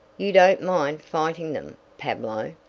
you don't mind fighting them, pablo?